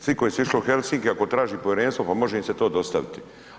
Svi koji su išli u Helsinki, ako traži povjerenstvo pa može im se to dostaviti.